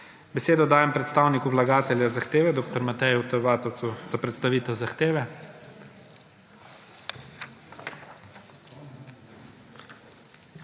Besedo dajem predstavniku vlagatelja zahteve dr. Mateju T. Vatovcu za predstavitev zahteve.